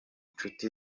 nshuti